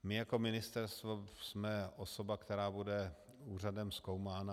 My jako ministerstvo jsme osoba, která bude úřadem zkoumána.